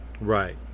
right